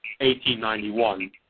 1891